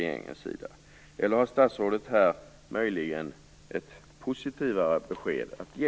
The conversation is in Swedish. Eller har statsrådet möjligen ett positivare besked att ge?